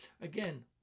Again